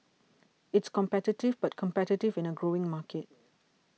it's competitive but competitive in a growing market